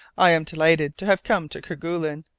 i am delighted to have come to kerguelen.